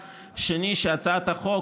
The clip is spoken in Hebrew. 2. הצעת החוק,